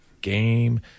Game